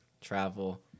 travel